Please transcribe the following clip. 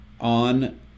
on